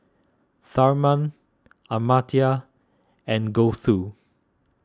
Tharman Amartya and Gouthu